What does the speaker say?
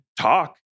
talk